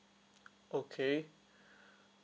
okay